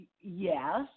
Yes